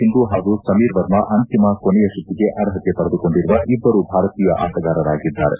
ಸಿಂಧು ಹಾಗೂ ಸಮೀರ್ ವರ್ಮಾ ಅಂತಿಮ ಕೊನೆಯ ಸುತ್ತಿಗೆ ಅರ್ಹತೆ ಪಡೆದುಕೊಂಡಿರುವ ಇಬ್ಬರು ಭಾರತೀಯ ಆಟಗಾರರಾಗಿದ್ದಾರೆ